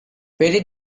fairy